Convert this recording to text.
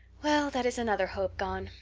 well, that is another hope gone.